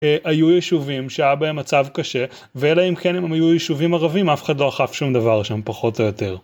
היו יישובים שהיה בהם מצב קשה ואלא אם כן היו יישובים ערבים אף אחד לא אכף שום דבר שם פחות או יותר.